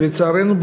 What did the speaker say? ולצערנו,